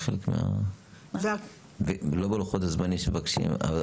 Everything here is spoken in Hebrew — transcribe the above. לא בלוחות הזמנים שמבקשים.